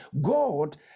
God